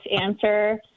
answer